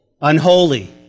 unholy